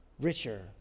richer